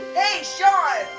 hey, sean!